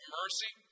mercy